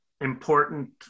important